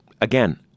again